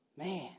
Man